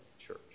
church